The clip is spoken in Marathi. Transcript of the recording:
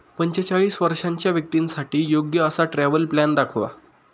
पंचेचाळीस वर्षांच्या व्यक्तींसाठी योग्य असा ट्रॅव्हल प्लॅन दाखवा